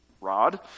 rod